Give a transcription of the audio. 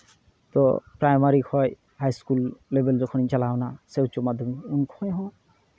ᱛᱳ primary ᱠᱷᱚᱡ ᱦᱟᱭ school ᱞᱮᱵᱮᱞ ᱡᱚᱠᱷᱚᱱᱤᱧ ᱪᱟᱞᱟᱣᱮᱱᱟ ᱥᱮ ᱩᱪᱪᱚ ᱢᱟᱫᱽᱫᱷᱚᱢᱤᱠ ᱩᱱ ᱠᱷᱚᱡ ᱦᱚᱸ